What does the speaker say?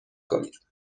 کنید